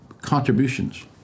contributions